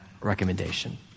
recommendation